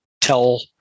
tell